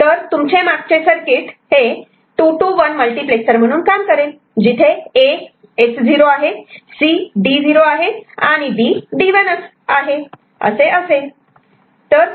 तर तुमचे मागचे सर्किट 2 to 1 मल्टिप्लेक्सर म्हणून काम करेल जिथे A S0 C D0 आणि B D1 असे असेल